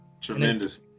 Tremendous